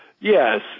Yes